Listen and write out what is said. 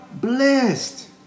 blessed